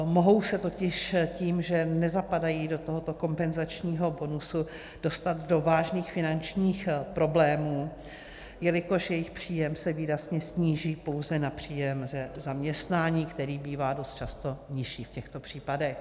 Mohou se totiž tím, že nezapadají do tohoto kompenzačního bonusu, dostat do vážných finančních problémů, jelikož jejich příjem se výrazně sníží pouze na příjem ze zaměstnání, který bývá dost často nižší v těchto případech.